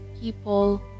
people